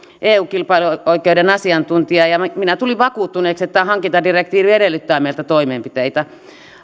eu kilpailuoikeuden asiantuntija ja minä minä tulin vakuuttuneeksi että tämä hankintadirektiivi edellyttää meiltä toimenpiteitä